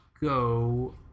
go